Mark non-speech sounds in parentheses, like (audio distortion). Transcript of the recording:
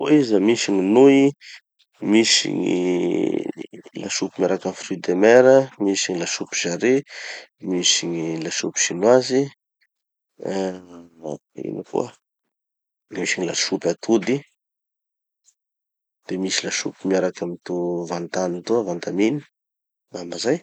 (audio distortion) koa izy da misy gny nouilles, misy gny lasopy miaraky amy fruits de mer, misy gny lasopy jarret, misy gny lasopy chinoise, ah ino koa, misy gny lasopy atody, de misy lasopy miaraky amy toa van tan toa, van tan mine, angamba zay.